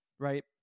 right